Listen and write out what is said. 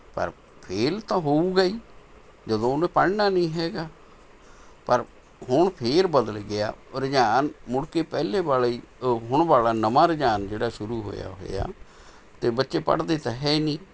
ਪਰ ਫੇਲ੍ਹ ਤਾਂ ਹੋਊਗਾ ਹੀ ਜਦੋਂ ਉਹਨੇ ਪੜ੍ਹਨਾ ਨਹੀਂ ਹੈਗਾ ਪਰ ਹੁਣ ਫੇਰ ਬਦਲ ਗਿਆ ਰੁਝਾਨ ਮੁੜਕੇ ਪਹਿਲੇ ਵਾਲਾ ਹੀ ਹੁਣ ਵਾਲਾ ਨਵਾਂ ਰੁਝਾਨ ਜਿਹੜਾ ਸ਼ੂਰੁ ਹੋਇਆ ਹੋਇਆ ਅਤੇ ਬੱਚੇ ਪੜ੍ਹਦੇ ਤਾਂ ਹੈ ਨਹੀਂ